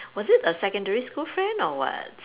was it a secondary school friend or what